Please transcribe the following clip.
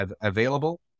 available